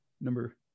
Number